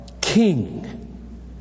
king